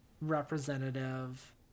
representative